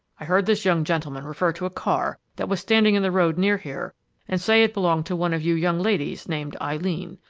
i heard this young gentleman refer to a car that was standing in the road near here and say it belonged to one of you young ladies named eileen.